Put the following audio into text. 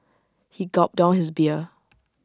he gulped down his beer